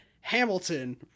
Hamilton